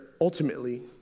ultimately